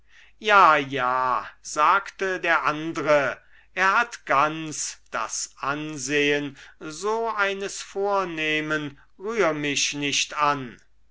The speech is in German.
ja ja sagte der andre er hat ganz das ansehen so eines vornehmen rührmichnichtan und